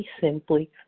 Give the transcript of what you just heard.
simply